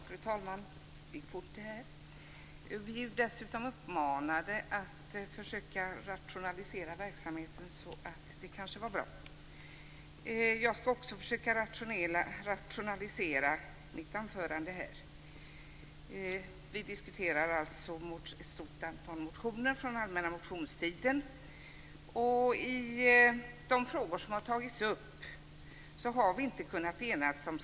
Fru talman! Det blev snabbt min tur. Vi är uppmanade att försöka rationalisera verksamheten, så det kanske var bra. Jag skall också försöka rationalisera mitt anförande. Vi diskuterar alltså ett stort antal motioner från den allmänna motionstiden. Vi har inte kunnat enas om skrivningarna när det gäller de frågor som har tagits upp.